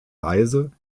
reise